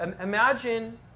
imagine